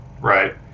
right